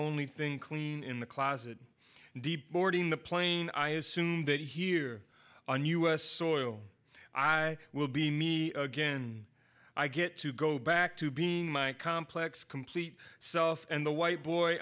only thing clean in the closet deep boarding the plane i assume that here on u s soil i will be me again i get to go back to being my complex complete self and the white boy